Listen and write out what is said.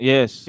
Yes